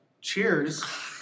Cheers